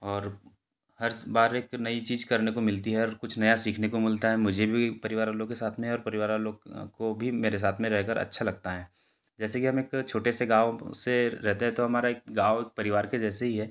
और हर बार एक नई चीज़ करने को मिलती है और कुछ नया सीखने को मिलता है मुझे भी परिवार वालों के साथ में और परिवार वालों को भी मेरे साथ में रहकर अच्छा लगता है जैसे कि हम एक छोटे से गाँव से रहते हैं तो हमारा एक गाँव एक परिवार के जैसे ही है